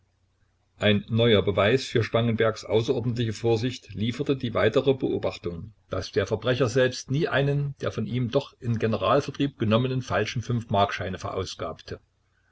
ein neuer beweis für spangenbergs außerordentliche vorsicht lieferte die weitere beobachtung daß der verbrecher selbst nie einen der von ihm doch in generalvertrieb genommenen falschen fünfmarkscheine verausgabte